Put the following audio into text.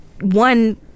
one